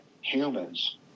humans